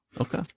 Okay